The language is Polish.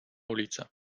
ulicę